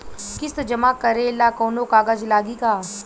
किस्त जमा करे ला कौनो कागज लागी का?